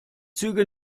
züge